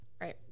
Right